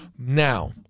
Now